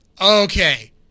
Okay